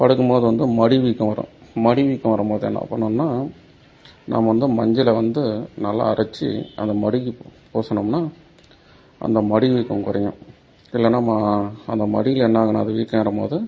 படுக்கும்போது வந்து மடி வீக்கம் வரும் மடி வீக்கம் வரும்போது என்ன பண்ணுன்னா நம்ம வந்து மஞ்சளை வந்து நல்லா அரைச்சி அந்த மடிக்கு பூசுனோம்னா அந்த மடி வீக்கம் குறையும் இல்லைனா ம அந்த மடியில என்னாகும் நிறைய வீக்கம் ஏறும்போது